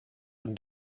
und